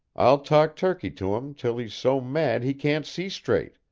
i'll talk turkey to him till he's so mad he can't see straight.